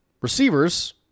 receivers